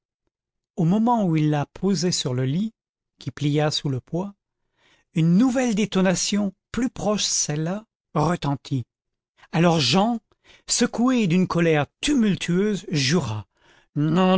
au moment où il la posait sur le lit qui plia sous le poids une nouvelle détonation plus proche celle-là retentit alors jean secoué d'une colère tumultueuse jura